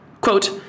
Quote